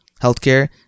healthcare